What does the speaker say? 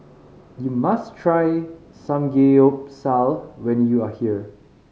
you must try Samgeyopsal when you are here